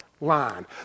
line